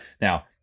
Now